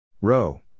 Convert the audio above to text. Row